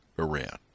Iran